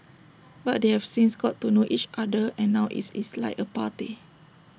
but they have since got to know each other and now it's is like A party